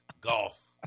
golf